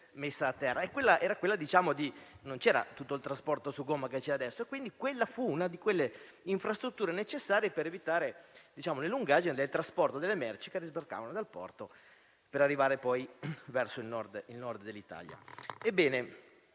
la messa a terra. Non c'era tutto il trasporto su gomma che c'è adesso e, quindi, quella fu una di quelle infrastrutture necessarie per evitare le lungaggini del trasporto delle merci che sbarcavano al porto per andare verso il Nord dell'Italia.